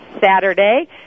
Saturday